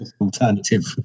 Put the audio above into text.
alternative